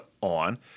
on